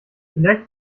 vielleicht